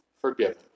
forgiven